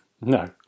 no